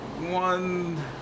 one